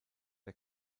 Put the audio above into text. der